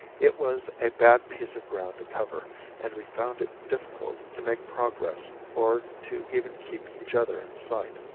it was a bad piece of ground to cover and we found it difficult to make progress or to even keep each other in sight.